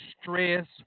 stress